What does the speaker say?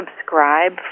subscribe